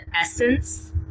essence